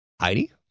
Heidi